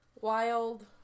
wild